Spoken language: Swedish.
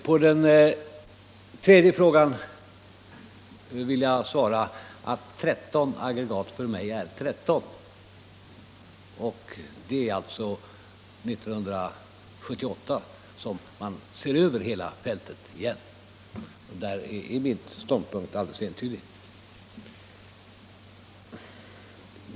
På den tredje frågan vill jag svara att 13 aggregat för mig är 13. År 1978 ser vi över hela fältet igen. Där är min ståndpunkt helt entydig.